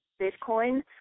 Bitcoin